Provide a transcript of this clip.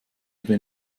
ihre